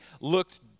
looked